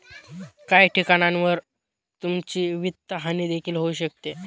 काही ठिकाणांवर तुमची वित्तहानी देखील होऊ शकते